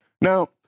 Now